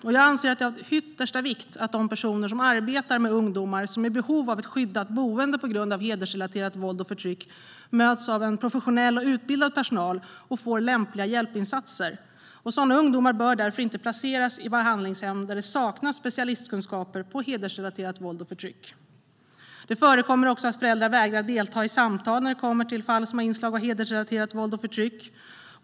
Det är av yttersta vikt att ungdomar som är i behov av skyddat boende på grund av hedersrelaterat våld och förtryck möts av professionell, utbildad personal och får lämpliga hjälpinsatser. Sådana ungdomar bör inte placeras i behandlingshem där det saknas specialistkunskaper på området hedersrelaterat våld och förtryck. Det förekommer också att föräldrar vägrar delta i samtal när det kommer till fall som har inslag av hedersrelaterat våld och förtryck.